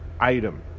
item